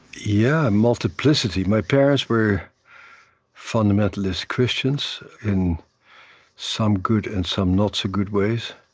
yeah, a multiplicity. my parents were fundamentalist christians in some good and some not-so-good ways.